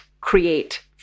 create